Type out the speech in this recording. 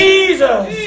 Jesus